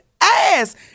ass